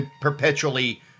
perpetually